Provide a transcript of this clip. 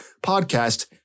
podcast